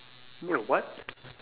meet your what